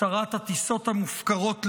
שרת הטיסות המופקרות לחו"ל,